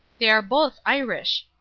they are both irish.